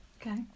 Okay